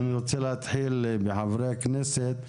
אני רוצה להתחיל בחברי הכנסת,